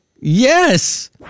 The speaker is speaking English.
Yes